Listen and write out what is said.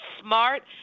smart